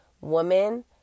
woman